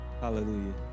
Hallelujah